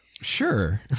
Sure